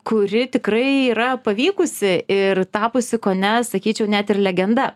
kuri tikrai yra pavykusi ir tapusi kone sakyčiau net ir legenda